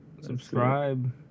Subscribe